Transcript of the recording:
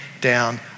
down